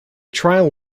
trial